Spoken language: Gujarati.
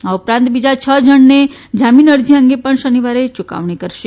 આ ઉપારંત બીજા છ જણને જામીન અરજી અંગે પણ શનિવારે સુનાવણી કરશે